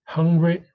Hungry